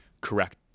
Correct